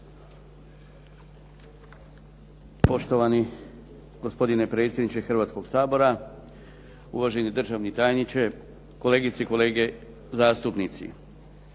Poštovani gospodine predsjedniče Hrvatskog sabora, uvaženi državni tajniče, kolegice i kolege zastupnici.